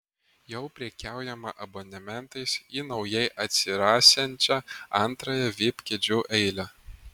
jau prekiaujama abonementais į naujai atsirasiančią antrąją vip kėdžių eilę